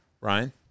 Ryan